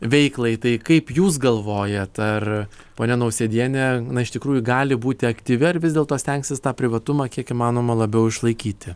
veiklai tai kaip jūs galvojat ar ponia nausėdienė iš tikrųjų gali būti aktyvi ar vis dėlto stengsis tą privatumą kiek įmanoma labiau išlaikyti